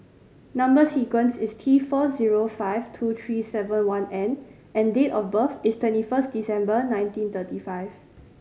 number sequence is T four zero five two three seven one N and date of birth is twenty first December nineteen thirty five